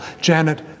Janet